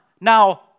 now